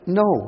no